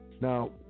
Now